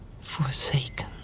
Forsaken